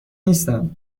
نیستم